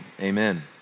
amen